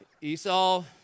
Esau